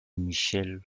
michel